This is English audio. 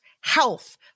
health